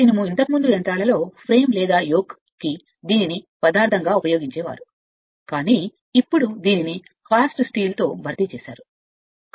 తదుపరిది మీరు పిలిచేది మరియు మీరు ప్రారంభ యంత్రాలలో ఫ్రేమ్ లేదా యోక్ కి పదార్థంగా ఉపయోగించే కాస్ట్ ఇనుము